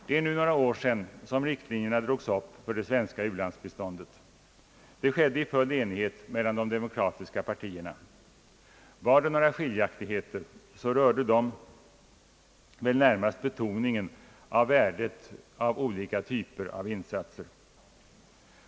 Det är nu några år sedan riktlinjerna drogs upp för det svenska u-landsbiståndet. Det skedde i full enighet mellan de demokratiska partierna. Var det några meningsskiljaktigheter rörde de väl närmast betoningen av värdet på olika typer av insatser.